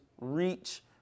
reach